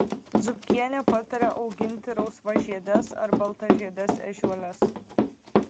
zupkienė patarė auginti rausvažiedes ar baltažiedes ežiuoles